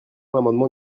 l’amendement